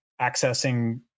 accessing